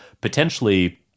potentially –